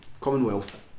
Commonwealth